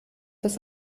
das